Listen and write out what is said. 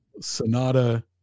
Sonata